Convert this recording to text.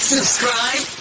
Subscribe